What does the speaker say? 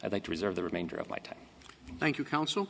i'd like to reserve the remainder of my time thank you counsel